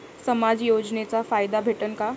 समाज योजनेचा फायदा भेटन का?